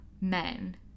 men